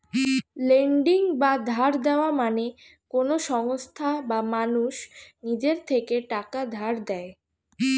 lending বা ধার দেওয়া মানে কোন সংস্থা বা মানুষ নিজের থেকে টাকা ধার দেয়